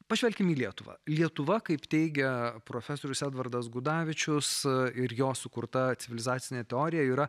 pažvelkim į lietuvą lietuva kaip teigia profesorius edvardas gudavičius ir jo sukurta civilizacinė teorija yra